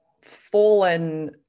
fallen